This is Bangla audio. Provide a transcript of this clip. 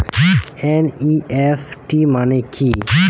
এন.ই.এফ.টি মনে কি?